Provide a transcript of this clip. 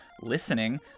listening